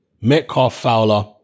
Metcalf-Fowler